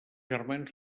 germans